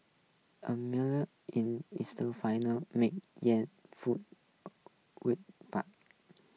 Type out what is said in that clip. a mill in eastern Finland makes yarn fool wood pulp